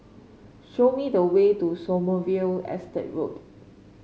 show me the way to Sommerville Estate Road